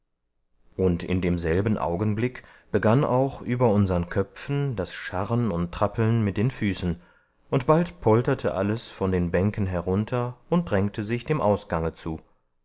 und in demselben augenblick begann auch über unsern köpfen das scharren und trappeln mit den füßen und bald polterte alles von den bänken herunter und drängte sich dem ausgange zu